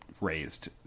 raised